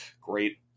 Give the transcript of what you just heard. Great